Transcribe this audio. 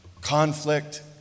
Conflict